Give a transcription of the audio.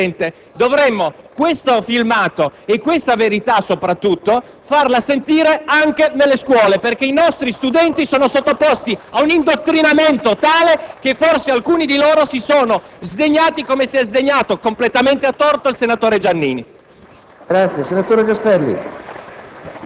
che causa indignazione le poche volte in cui lo si sente. Dovremmo, questo filmato, ma soprattutto questa verità, farla sentire anche nelle scuole, perché i nostri studenti sono sottoposti ad un indottrinamento tale che forse alcuni di loro si sono sdegnati, come si è sdegnato, completamente a torto, il senatore Giannini.